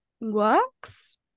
works